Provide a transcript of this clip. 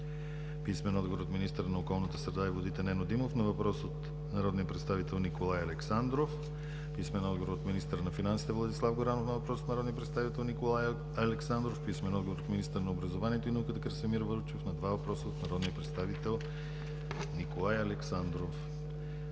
Бъчварова; - министъра на околната среда и водите – Нено Димов, на въпрос от народния представител Николай Александров; - министъра на финансите – Владислав Горанов, на въпрос от народния представител Николай Александров; - министъра на образованието и науката – Красимир Вълчев, на два въпроса от народния представител Николай Александров.